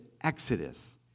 Exodus